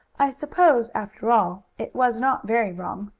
i suppose, after all, it was not very wrong.